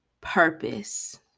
purpose